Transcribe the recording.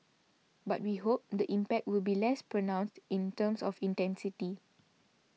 but we hope the impact will be less pronounced in terms of intensity